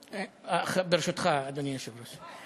ברשותך, אדוני היושב-ראש.